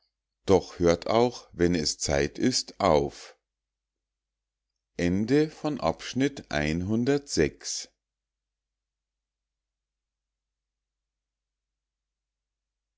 doch hört auch wenn es zeit ist auf